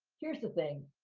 here's the thing.